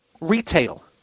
Retail